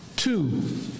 Two